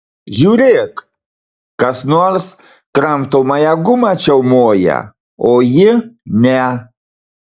žiūrėk kas nors kramtomąją gumą čiaumoja o ji ne